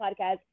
podcast